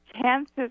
chances